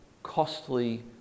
costly